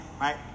right